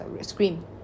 Scream